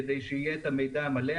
כדי שיהיה המידע המלא.